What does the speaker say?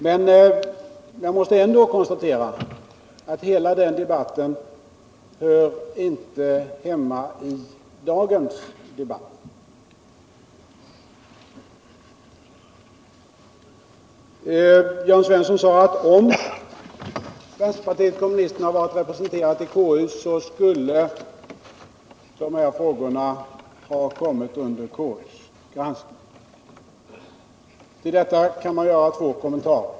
Men jag måste ändå konstatera att hela den diskussionen inte hör hemma i dagens debatt. Jörn Svensson sade att om vpk varit representerat i konstitutionsutskottet så skulle de här frågorna ha kommit under KU:s granskning. Till detta kan man göra två kommentarer.